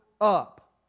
up